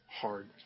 hard